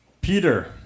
Peter